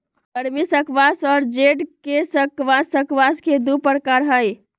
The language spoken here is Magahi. गर्मी स्क्वाश और जेड के स्क्वाश स्क्वाश के दु प्रकार हई